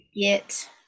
Get